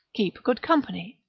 keep good company.